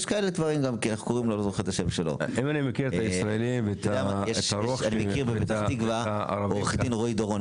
אני מכיר בפתח תקווה את עו"ד רועי דורון,